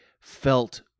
felt